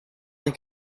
like